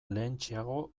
lehentxeago